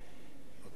בבקשה.